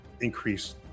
increase